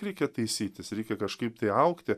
reikia taisytis reikia kažkaip tai augti